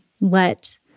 let